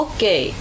Okay